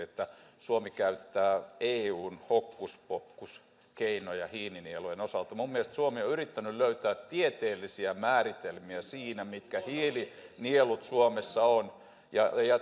että suomi käyttää eun hokkuspokkuskeinoja hiilinielujen osalta minun mielestäni suomi on yrittänyt löytää tieteellisiä määritelmiä siinä mitkä hiilinielut suomessa on